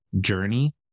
journey